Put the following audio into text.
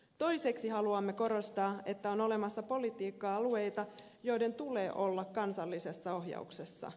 toiseksi haluamme korostaa että on olemassa politiikka alueita joiden tulee olla kansallisessa ohjauksessa